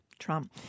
Trump